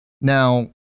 Now